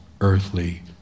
earthly